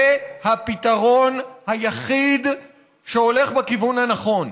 זה הפתרון היחיד שהולך בכיוון הנכון.